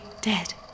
dead